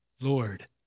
Lord